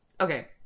Okay